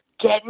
Get